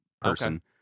person